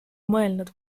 mõelnud